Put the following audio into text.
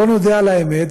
בואו נודה על האמת,